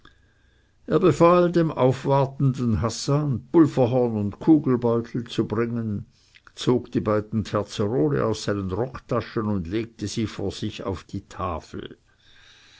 befahl dem aufwartenden hassan pulverhorn und kugelbeutel zu bringen zog die beiden terzerole aus seinen rocktaschen und legte sie vor sich auf die tafel